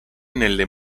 nelle